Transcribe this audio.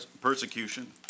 persecution